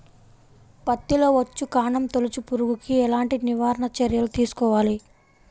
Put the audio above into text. పత్తిలో వచ్చుకాండం తొలుచు పురుగుకి ఎలాంటి నివారణ చర్యలు తీసుకోవాలి?